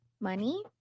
money